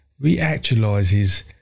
reactualizes